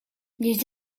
les